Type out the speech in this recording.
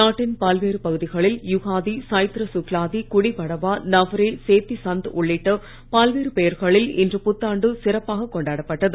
நாட்டின் பல்வேறு பகுதிகளில் யுகாதி சைத்ர சுக்லாதி குடி படவா நவரே சேத்தி சந்த் உள்ளிட்ட பல்வேறு பெயர்களில் இன்று புத்தாண்டு சிறப்பாக கொண்டாடப்பட்டது